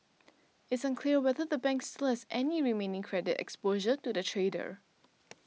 it's unclear whether the bank still has any remaining credit exposure to the trader